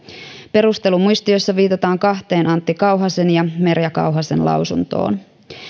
perustelumuistiossa viitataan kahteen antti kauhasen ja merja kauhasen lausuntoon